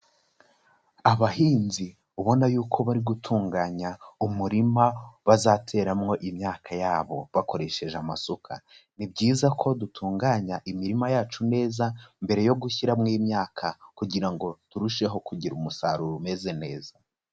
Abahinzi ubona y'uko bari gutunganya umurima bazateramo imyaka yabo bakoresheje amasuka, ni byiza ko dutunganya imirima yacu neza mbere yo gushyiramo imyaka kugira ngo turusheho kugira umusaruro umeze neza.